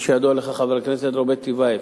כפי שידוע לך, חבר הכנסת רוברט טיבייב,